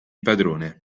padrone